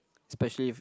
specially if